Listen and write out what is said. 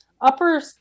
upper